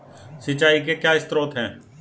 सिंचाई के क्या स्रोत हैं?